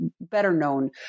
better-known